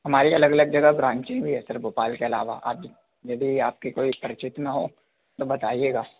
हमारी अलग अलग जगह ब्रांचें भी हैं सर भोपाल के अलावा आप यदि आपके कोई परिचित में हो तो बताइएगा